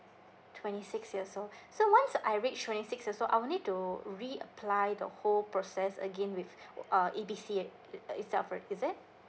twenty six years old so once I reach twenty six years old I will need to reapply the whole process again with uh A B C it uh itself right is it